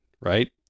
right